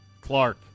Clark